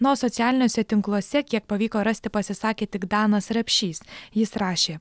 na o socialiniuose tinkluose kiek pavyko rasti pasisakė tik danas rapšys jis rašė